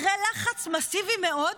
אחרי לחץ מסיבי מאוד,